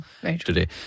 today